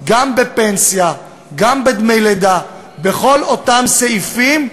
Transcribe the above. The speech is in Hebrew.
גם בפנסיה, גם בדמי לידה, בכל אותם סעיפים,